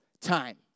time